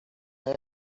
pay